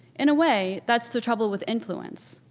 in a way, that's the trouble with influence,